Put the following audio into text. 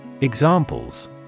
Examples